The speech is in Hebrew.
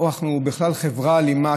או שאנחנו בכלל חברה אלימה,